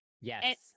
yes